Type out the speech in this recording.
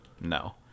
No